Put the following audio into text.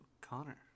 Connor